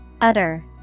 Utter